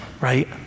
right